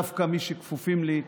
דווקא מי שכפופים לי,